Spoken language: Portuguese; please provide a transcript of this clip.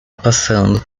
passando